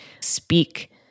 speak